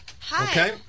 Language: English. Hi